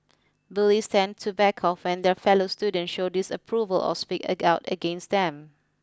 bullies tend to back off when their fellow students show disapproval or speak out against them